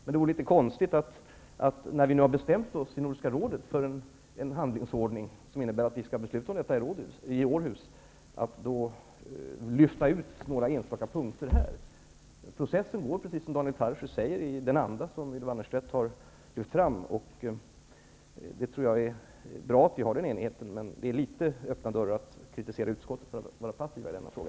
När vi i Nordiska rådet har bestämt oss för en handlingsordning som det skall fattas beslut om i Åhus, vore det konstigt att lyfta ut några enstaka punkter här. Processen går, precis som Daniel Tarschys säger, i den anda som Ylva Annerstedt har lyft fram. Jag tycker att det är bra att vi är eniga. Men det är att slå in öppna dörrar när man kritiserar utskottet för att vara passiv i denna fråga.